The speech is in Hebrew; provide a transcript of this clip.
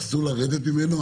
אסור לרדת ממנו.